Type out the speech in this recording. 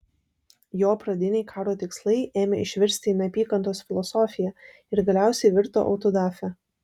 jo pradiniai karo tikslai ėmė išvirsti į neapykantos filosofiją ir galiausiai virto autodafė